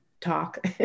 talk